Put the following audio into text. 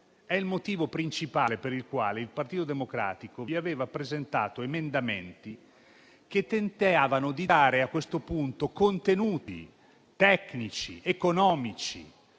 È il motivo principale per il quale il Partito Democratico vi aveva presentato emendamenti che tentavano di dare a questo punto contenuti tecnici ed economici,